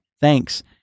Thanks